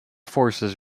forces